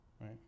Right